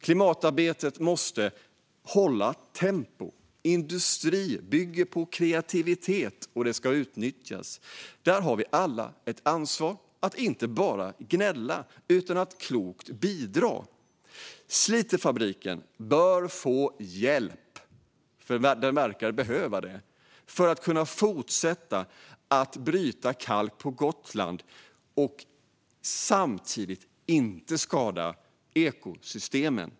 Klimatarbetet måste hålla tempo. Industri bygger på kreativitet, och det ska utnyttjas. Där har vi alla ett ansvar att inte bara gnälla, utan att klokt bidra. Slitefabriken bör få hjälp, för den verkar behöva det, för att kunna fortsätta att bryta kalk på Gotland och samtidigt inte skada ekosystemen.